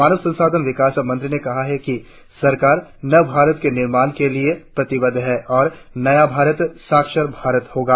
मानव संसाधन विकास मंत्री ने कहा कि सरकार नए भारत के निर्माण के लिए प्रतिबद्ध है और नया भारत साक्षर भारत होगा